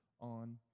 on